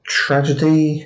tragedy